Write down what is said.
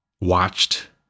watched